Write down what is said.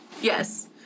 yes